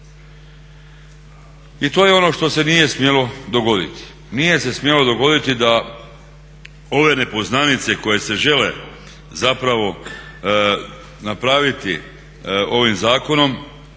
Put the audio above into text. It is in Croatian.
I to je ono što se nije smjelo dogoditi, nije se smjelo dogoditi da ove nepoznanice koje se žele zapravo napraviti ovim zakonom